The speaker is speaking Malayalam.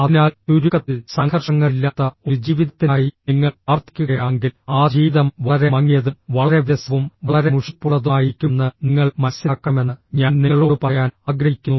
അതിനാൽ ചുരുക്കത്തിൽ സംഘർഷങ്ങളില്ലാത്ത ഒരു ജീവിതത്തിനായി നിങ്ങൾ പ്രാർത്ഥിക്കുകയാണെങ്കിൽ ആ ജീവിതം വളരെ മങ്ങിയതും വളരെ വിരസവും വളരെ മുഷിപ്പുള്ളതുമായിരിക്കുമെന്ന് നിങ്ങൾ മനസ്സിലാക്കണമെന്ന് ഞാൻ നിങ്ങളോട് പറയാൻ ആഗ്രഹിക്കുന്നു